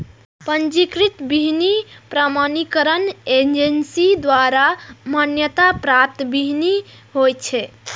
पंजीकृत बीहनि प्रमाणीकरण एजेंसी द्वारा मान्यता प्राप्त बीहनि होइ छै